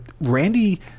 Randy